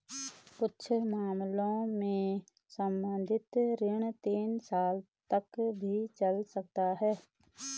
कुछ मामलों में सावधि ऋण तीस साल तक भी चल सकता है